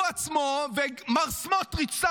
הוא עצמו ומר סמוטריץ',